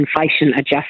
inflation-adjusted